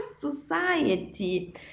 society